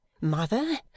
Mother